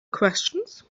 questions